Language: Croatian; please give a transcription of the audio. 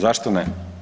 Zašto ne?